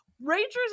Rangers